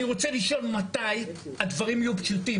אני רוצה לשאול: מתי הדברים יהיו פשוטים?